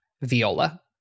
Viola